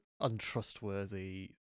untrustworthy